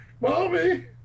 mommy